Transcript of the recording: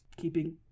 keeping